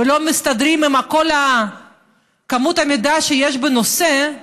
ולא מסתדרים עם כל כמות המידע שיש בנושא,